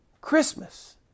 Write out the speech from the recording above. Christmas